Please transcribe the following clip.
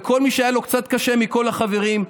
וכל מי שהיה לו קצת קשה מכל החברים,